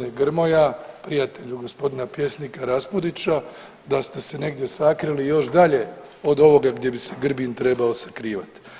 g. Grmoja, prijatelju g. pjesnika Raspudića da ste se negdje sakrili još dalje od ovoga gdje bi se Grbin trebao sakrivat.